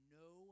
no